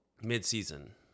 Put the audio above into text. Mid-season